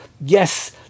Yes